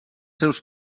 seus